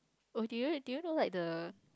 oh do you do you know like the